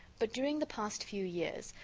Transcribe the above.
but, during the past few years,